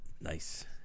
Nice